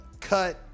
cut